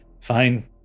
fine